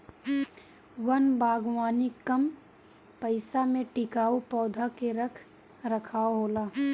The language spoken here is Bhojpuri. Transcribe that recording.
वन बागवानी कम पइसा में टिकाऊ पौधा के रख रखाव होला